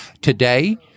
Today